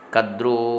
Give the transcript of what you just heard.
Kadru